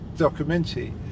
documentary